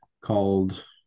called